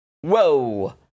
whoa